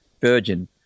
Virgin